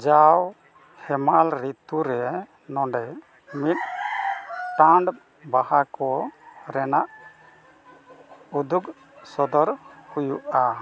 ᱡᱟᱣ ᱦᱮᱢᱟᱞ ᱨᱤᱛᱩ ᱨᱮ ᱱᱚᱰᱮ ᱢᱤᱫᱴᱟᱝ ᱵᱟᱦᱟ ᱠᱚ ᱨᱮᱱᱟᱜ ᱩᱫᱩᱜ ᱥᱚᱫᱚᱨ ᱦᱩᱭᱩᱜᱼᱟ